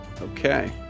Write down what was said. Okay